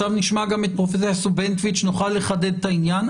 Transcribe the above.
עכשיו נשמע גם את פרופ' בנטואיץ ונוכל לחדד את העניין.